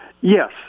Yes